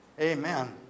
Amen